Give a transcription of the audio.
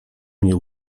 mnie